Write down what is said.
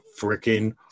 freaking